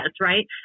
right